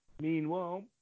Meanwhile